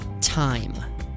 time